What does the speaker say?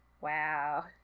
Wow